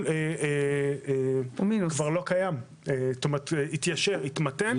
הגידול עולה - שמדינת ישראל היא מדינה מתפתחת,